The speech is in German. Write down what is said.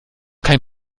kein